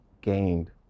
gained